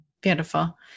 Beautiful